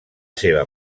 seva